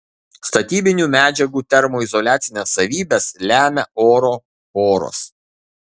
statybinių medžiagų termoizoliacines savybes lemia oro poros